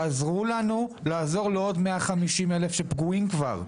תעזרו לנו לעזור לעוד 150,000 שכבר פגועים,